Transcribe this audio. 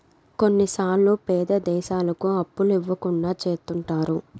కొన్నిసార్లు పేద దేశాలకు అప్పులు ఇవ్వకుండా చెత్తుంటారు